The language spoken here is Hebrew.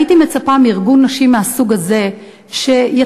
הייתי מצפה מארגון נשים מהסוג הזה שיטיל